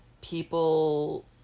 people